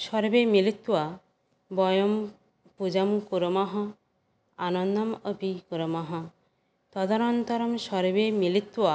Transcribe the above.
सर्वे मिलित्वा वयं पूजां कुर्मः आनन्दं अपि कुर्मः तदनन्तरं सर्वे मिलित्वा